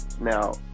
Now